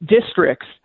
districts